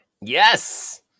Yes